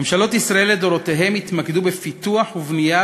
ממשלות ישראל לדורותיהן התמקדו בפיתוח ובנייה,